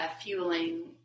fueling